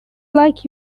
like